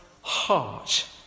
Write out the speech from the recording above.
heart